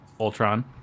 Ultron